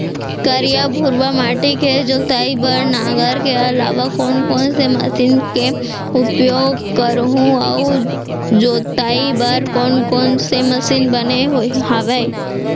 करिया, भुरवा माटी के जोताई बर नांगर के अलावा कोन कोन से मशीन के उपयोग करहुं अऊ जोताई बर कोन कोन से मशीन बने हावे?